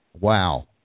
Wow